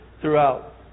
throughout